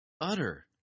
utter